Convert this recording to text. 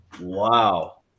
Wow